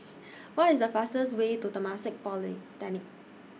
What IS The fastest Way to Temasek Polytechnic